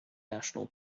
national